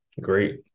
great